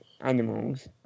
animals